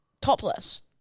topless